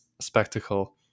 spectacle